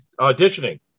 auditioning